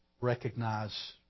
recognize